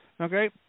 Okay